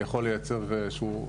יכול לייצר איזשהו,